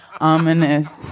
ominous